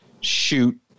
shoot